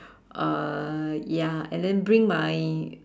uh ya and then bring my